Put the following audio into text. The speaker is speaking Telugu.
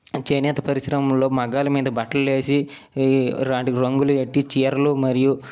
చేనేత పరిశ్రమలు మగ్గాల మీద బట్టలు నేసి ఈ వాటికి రంగులు పెట్టీ చీరలు మరియు